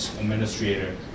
administrator